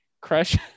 Crush